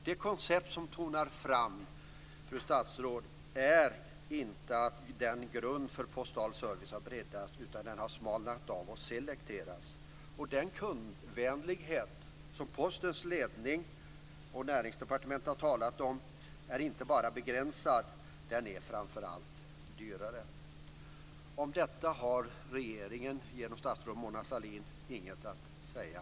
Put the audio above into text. Det koncept, fru statsråd, som tonar fram är inte att grunden för postal service har breddats. I stället har den smalnat av och selekterats. Den kundvänlighet som Postens ledning och Näringsdepartementet talat om är inte bara begränsad, utan framför allt är den också dyrare. Om detta har regeringen genom statsrådet Mona Sahlin inget att säga.